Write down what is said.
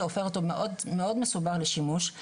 היא הופכת אותו מאוד מסובך לשימוש.